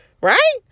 right